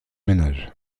ménage